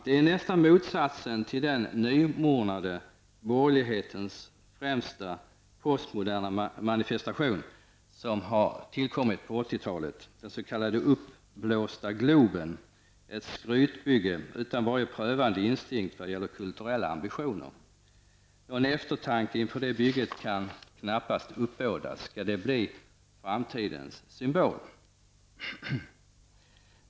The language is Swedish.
Det är nästan motsatsen till den nymornade borgerlighetens främsta postmoderna manifestation på 80-talet -- den s.k. uppblåsta Globen som är ett skrytbygge utan någon som helst prövande instinkt vad gäller kulturella ambitioner. Någon eftertanke inför det bygget kan knappast uppbådas. Skall någonting sådant bli framtidens symbol?